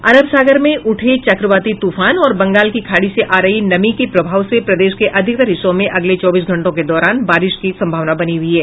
अरब सागर में उठे चक्रवाती तूफान और बंगाल की खाड़ी से आ रही नमी के प्रभाव से प्रदेश के अधिकतर हिस्सों में अगले चौबीस घंटों के दौरान बारिश की संभावना बनी हुयी है